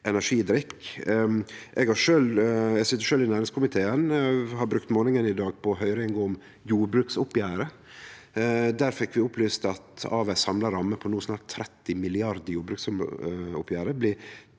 energidrikke. Eg sit sjølv i næringskomiteen og har brukt morgonen i dag på høyring om jordbruksoppgjeret. Der fekk vi opplyst at av ei samla ramme på no snart 30 mrd. kr i jordbruksoppgjeret blir